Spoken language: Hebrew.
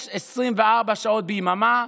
יש 24 שעות ביממה,